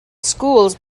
schools